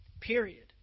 Period